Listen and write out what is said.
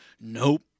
Nope